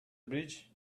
bridge